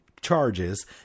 charges